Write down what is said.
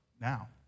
now